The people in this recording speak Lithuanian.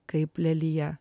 kaip lelija